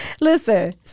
Listen